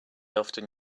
often